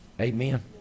Amen